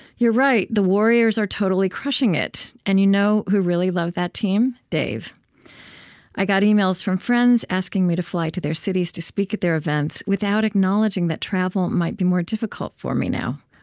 you're right. the warriors are totally crushing it. and you know who really loved that team? dave i got emails from friends asking me to fly to their cities to speak at their events without acknowledging that travel might be more difficult for me now.